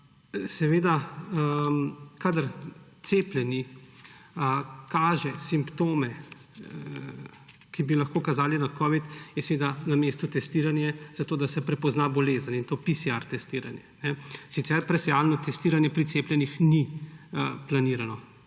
Seveda, kadar cepljeni kaže simptome, ki bi lahko kazali na covid, je na mestu testiranje, zato da se prepozna bolezen, in to PCR testiranje. Sicer presejalno testiranje pri cepljenih ni planirano